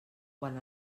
quan